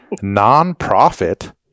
nonprofit